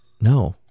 No